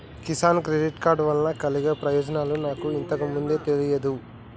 Kisan credit card వలన కలిగే ప్రయోజనాలు నాకు ఇంతకు ముందు తెలియదు